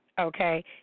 okay